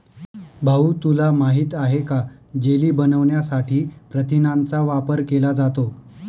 भाऊ तुला माहित आहे का जेली बनवण्यासाठी प्रथिनांचा वापर केला जातो